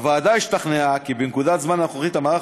הוועדה השתכנעה כי בנקודת הזמן הנוכחית המערך